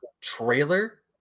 trailer